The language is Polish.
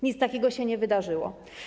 Nic takiego się nie wydarzyło.